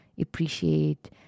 appreciate